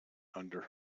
under